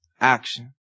Action